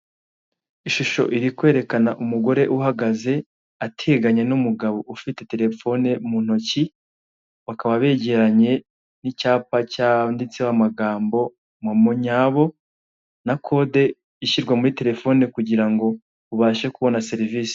Ishusho iri kwerekana umugore uhagaze uteganye n'umugabo ufite telefone mu ntoki bakaba begeranye icyapa cyanditseho amagambo momo nyabo na kode ushyirwa muri telefone kugira ngo ubashe kubona serivise.